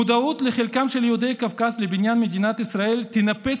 מודעות לחלקם של יהודי קווקז בבניין מדינת ישראל תנפץ